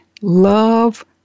Love